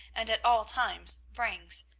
and at all times, brings.